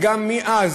וגם מאז,